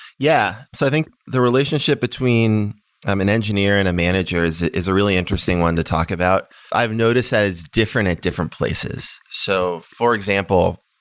yeah. so i think the relationship between um an engineer and a manager is a really interesting one to talk about. i've noticed that it's different at different places. so for example,